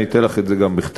אני אתן לך את זה גם בכתב,